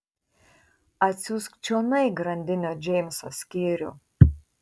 atsiųsk čionai grandinio džeimso skyrių